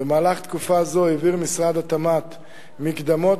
במהלך תקופה זו העביר משרד התמ"ת מקדמות